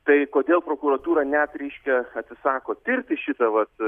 tai kodėl prokuratūra net reiškia atsisako tirti šitą vat